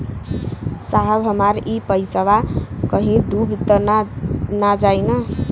साहब हमार इ पइसवा कहि डूब त ना जाई न?